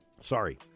Sorry